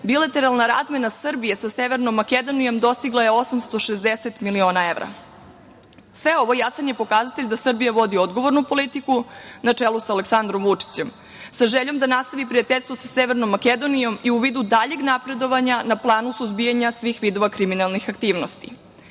bilateralna razmena Srbije sa Severnom Makedonijom dostigla je 860 miliona evra. Sve ovo je jasan pokazatelj da Srbija vodi odgovornu politiku na čelu sa Aleksandrom Vučićem. Sa željom da nastavi prijateljstvo sa Severnom Makedonijom i u vidu daljeg napredovanja na planu suzbijanja svih vidova kriminalnih aktivnosti.